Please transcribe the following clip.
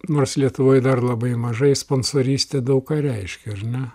nors lietuvoj dar labai mažai sponsorystė daug ką reiškia ar ne